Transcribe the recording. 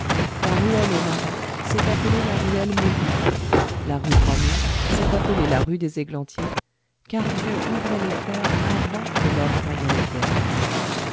la ruelle aumarais s'est appelée la ruelle maugout la rue droit mur s'est appelée la rue des églantiers car dieu ouvrait les fleurs avant que l'homme taillât les pierres